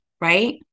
Right